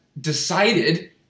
decided